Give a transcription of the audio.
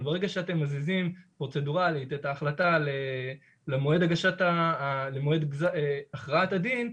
אבל ברגע שאתם מזיזים פרוצדורלית את ההחלטה למועד הכרעת הדין,